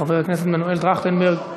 חבר הכנסת מנואל טרכטנברג,